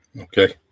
Okay